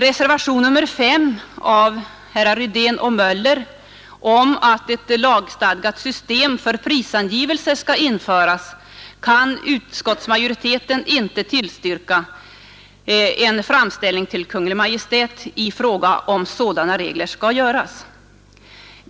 Utskottsmajoriteten kan inte heller tillstyrka det i reservationen 5 av herrar Rydén och Möller i Göteborg framförda kravet på en framställning till Kungl. Maj:t om att ett lagstadgat system för prisangivelser skall införas.